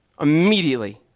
immediately